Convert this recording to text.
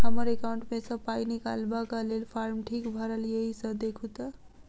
हम्मर एकाउंट मे सऽ पाई निकालबाक लेल फार्म ठीक भरल येई सँ देखू तऽ?